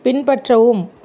பின்பற்றவும்